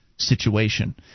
Situation